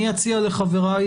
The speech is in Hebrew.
אני אציע לחבריי